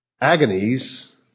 agonies